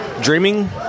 dreaming